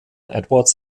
edwards